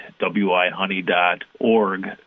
wihoney.org